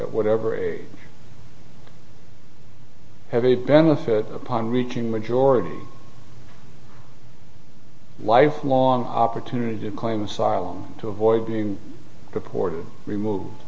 at whatever age have a benefit upon reaching majority lifelong opportunity to claim asylum to avoid being deported removed